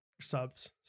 subs